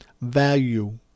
value